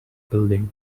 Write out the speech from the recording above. building